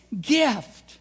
gift